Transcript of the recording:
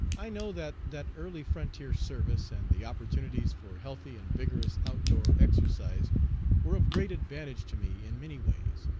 i know that that early frontier service and the opportunities for healthy and vigorous out-door exercise were of great advantage to me in many ways,